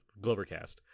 Glovercast